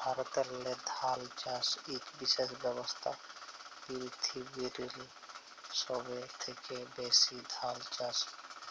ভারতেল্লে ধাল চাষ ইক বিশেষ ব্যবসা, পিরথিবিরলে সহব থ্যাকে ব্যাশি ধাল চাষ